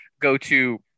go-to